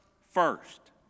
first